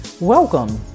Welcome